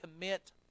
commit